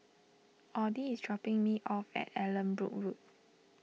Audy is dropping me off at Allanbrooke Road